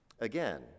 Again